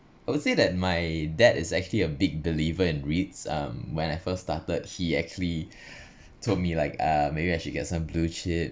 I would say that my dad is actually a big believer in REITs um when I first started he actually told me like uh maybe I should get some blue chip